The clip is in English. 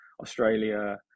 Australia